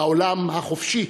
בעולם החופשי,